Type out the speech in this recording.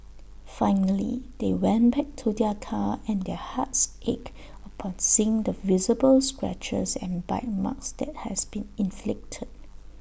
finally they went back to their car and their hearts ached upon seeing the visible scratches and bite marks that has been inflicted